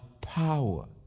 power